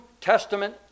Testament